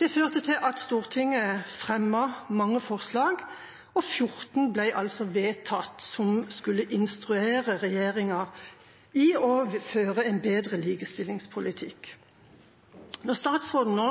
Det førte til at Stortinget fremmet mange forslag. 14 ble vedtatt, og de skulle instruere regjeringa i å føre en bedre likestillingspolitikk. Når statsråden nå